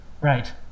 Right